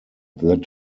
that